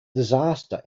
disaster